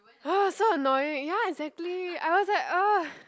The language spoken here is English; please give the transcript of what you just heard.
ah so annoying ya exactly I was like !ugh!